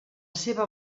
seva